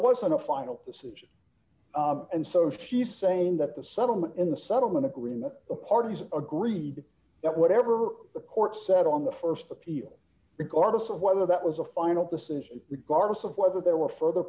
wasn't a final decision and so she's saying that the settlement in the settlement agreement the parties agreed that whatever the court said on the st appeal regardless of whether that was a final decision regardless of whether there were further